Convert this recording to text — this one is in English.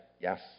Yes